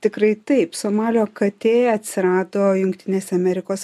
atikrai taip somalio katė atsirado jungtinėse amerikos